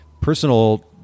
personal